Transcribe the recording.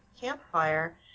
Campfire